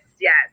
yes